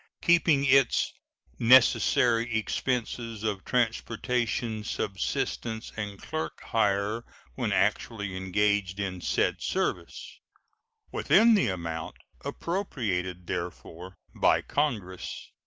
keeping its necessary expenses of transportation, subsistence, and clerk hire when actually engaged in said service within the amount appropriated therefor by congress.